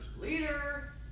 leader